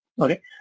okay